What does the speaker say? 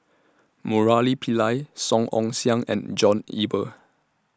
Murali Pillai Song Ong Siang and John Eber